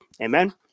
Amen